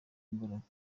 imbaraga